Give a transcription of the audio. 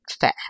fair